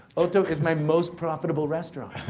otto is my most profitable restaurant.